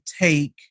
take